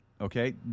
okay